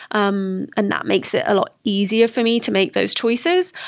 um and that makes it a lot easier for me to make those choices.